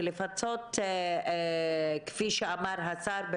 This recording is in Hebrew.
ולפצות כפי שאמר השר,